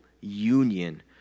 union